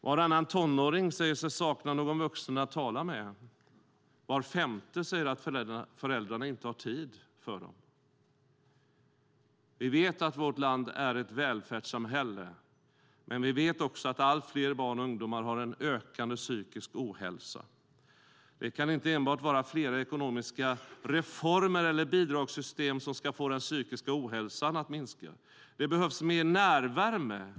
Varannan tonåring säger sig sakna någon vuxen att tala med, och var femte säger att föräldrarna inte har tid för dem. Vi vet att vårt land är ett välfärdssamhälle, men vi vet också att allt fler barn och ungdomar har en ökande psykisk ohälsa. Det kan inte enbart vara flera ekonomiska reformer eller bidragssystem som ska få den psykiska ohälsan att minska. Det behövs mer värme.